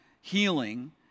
healing